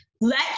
let